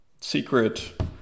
Secret